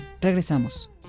Regresamos